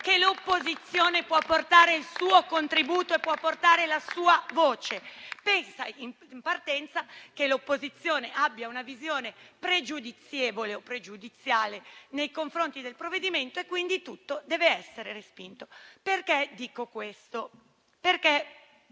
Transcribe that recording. che l'opposizione può portare il suo contributo e la sua voce, ma pensa in partenza che l'opposizione abbia una visione pregiudizievole o pregiudiziale nei confronti del provvedimento e quindi tutto debba essere respinto. Perché dico questo? Ne ho